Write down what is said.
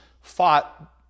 fought